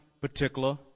particular